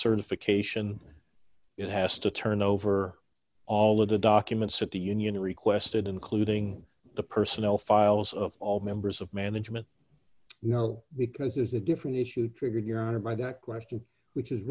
certification it has to turn over all of the documents at the union requested including the personnel files of all members of management no because there's a different issue triggered your honor by that question which is